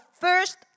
first